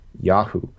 Yahoo